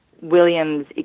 William's